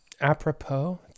Apropos